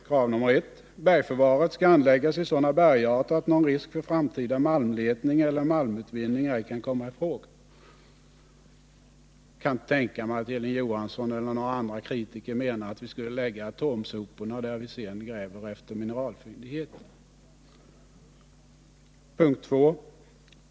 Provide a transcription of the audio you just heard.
Krav nr I är: ”Bergförvaret skall anläggas i sådana bergarter att någon risk för framtida malmletning eller mineralutvinning ej kan komma i fråga.” Jag kan inte tänka mig att Hilding Johansson eller några andra kritiker menar att vi skulle lägga atomsoporna där vi sedan skall gräva efter mineraler.